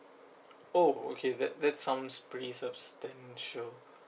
oh okay that that sounds pretty substantial